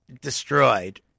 destroyed